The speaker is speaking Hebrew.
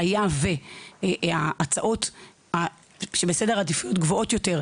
שהיה וההצעות שבסדר עדיפות גבוה יותר